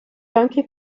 donkey